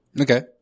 Okay